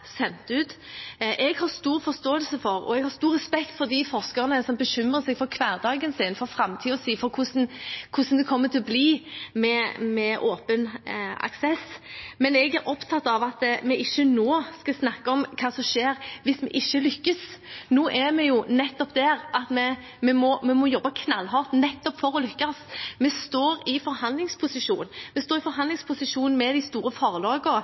sendt ut. Jeg har stor forståelse og respekt for forskerne som bekymrer seg for hverdagen sin og framtiden sin, og for hvordan det vil bli med åpen aksess, men jeg er opptatt av at vi ikke nå skal snakke om hva som skjer hvis vi ikke lykkes. Nå er vi der at vi må jobbe knallhardt nettopp for å lykkes. Vi står i en forhandlingsposisjon. Vi står i en forhandlingsposisjon med de store